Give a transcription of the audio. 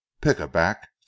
pick-a-back